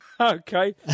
Okay